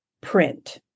print